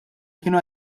kienu